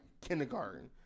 Kindergarten